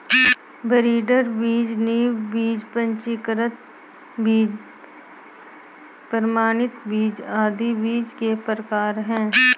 breeder बीज, नींव बीज, पंजीकृत बीज, प्रमाणित बीज आदि बीज के प्रकार है